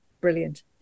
Brilliant